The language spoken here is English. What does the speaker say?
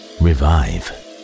revive